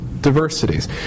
diversities